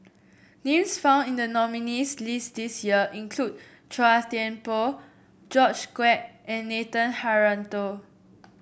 names found in the nominees' list this year include Chua Thian Poh George Quek and Nathan Hartono